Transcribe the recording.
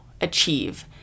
achieve